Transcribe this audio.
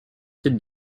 titres